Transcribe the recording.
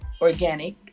organic